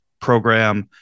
program